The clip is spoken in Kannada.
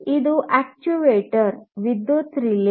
ಇದು ಅಕ್ಚುಯೇಟರ್ ವಿದ್ಯುತ್ ರಿಲೇ